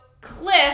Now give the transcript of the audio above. Cliff